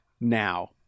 now